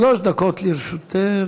שלוש דקות לרשותך.